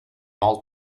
all